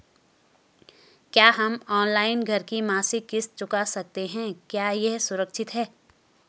क्या हम ऑनलाइन घर की मासिक किश्त चुका सकते हैं क्या यह सुरक्षित है?